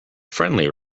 friendly